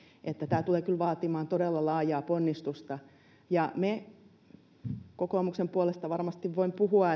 että tämä tulee kyllä vaatimaan todella laajaa ponnistusta ja me kokoomuksen puolesta varmasti voin puhua